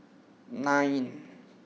nine